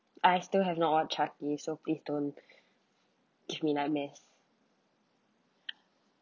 I still have not watch chucky so please don't give me nightmares